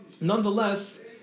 nonetheless